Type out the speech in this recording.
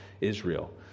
Israel